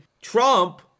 Trump